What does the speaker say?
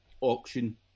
auction